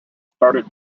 started